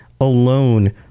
alone